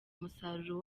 umusaruro